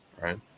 right